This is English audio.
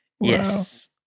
Yes